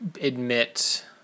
admit